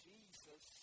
Jesus